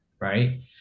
Right